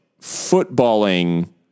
footballing